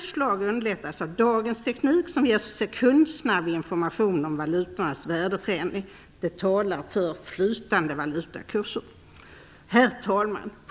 förslag underlättas av dagens teknik som ger sekundsnabb information om valutornas värdeförändringar. Det talar för flytande valutakurser. Herr talman!